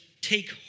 take